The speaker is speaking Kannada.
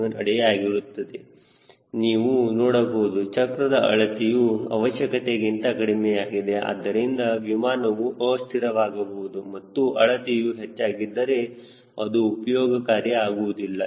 77 ಅಡಿ ಆಗಿರುತ್ತದೆ ನೀವು ನೋಡಬಹುದು ಚಕ್ರದ ಅಳತೆಯು ಅವಶ್ಯಕತೆಗಿಂತ ಕಡಿಮೆಯಾಗಿದೆ ಇದರಿಂದ ವಿಮಾನವು ಅಸ್ಥಿರವಾಗಬಹುದು ಹಾಗೂ ಅಳತೆಯು ಹೆಚ್ಚಾಗಿದ್ದರು ಅದು ಉಪಯೋಗಕಾರಿ ಆಗುವುದಿಲ್ಲ